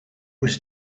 was